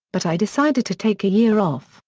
but i decided to take a year off,